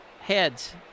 heads